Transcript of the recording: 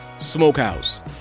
Smokehouse